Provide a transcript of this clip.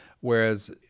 Whereas